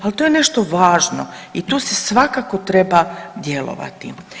Ali, to je nešto važno i tu se svakako treba djelovati.